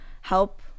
help